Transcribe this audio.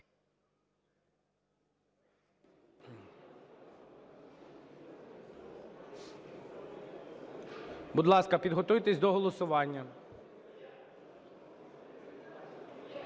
Будь ласка, підготуйтесь до голосування.